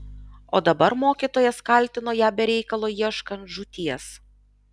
o dabar mokytojas kaltino ją be reikalo ieškant žūties